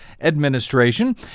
administration